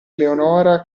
leonora